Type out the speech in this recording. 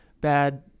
bad